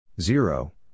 Zero